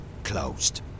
closed